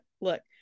look